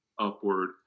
upward